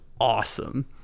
awesome